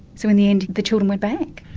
so in the end the children went back.